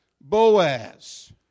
Boaz